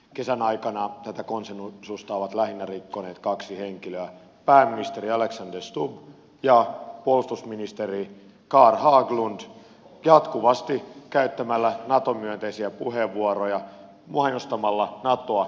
kesän aikana tätä konsensusta ovat rikkoneet lähinnä kaksi henkilöä pääministeri alexander stubb ja puolustusministeri carl haglund jatkuvasti käyttämällä nato myönteisiä puheenvuoroja mainostamalla natoa